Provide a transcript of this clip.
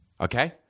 Okay